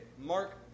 Mark